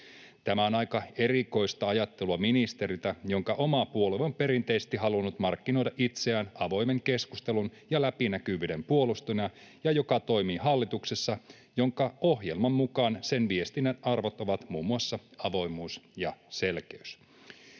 Tämä on aika erikoista ajattelua ministeriltä, jonka oma puolue on perinteisesti halunnut markkinoida itseään avoimen keskustelun ja läpinäkyvyyden puolustajana ja joka toimii hallituksessa, jonka ohjelman mukaan sen viestinnän arvot ovat muun muassa avoimuus ja selkeys.